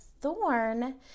thorn